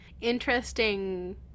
interesting